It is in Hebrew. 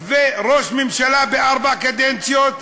וראש ממשלה בארבע קדנציות?